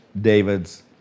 David's